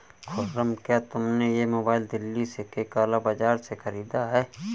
खुर्रम, क्या तुमने यह मोबाइल दिल्ली के काला बाजार से खरीदा है?